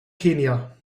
kenia